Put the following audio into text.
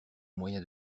moyen